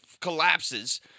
collapses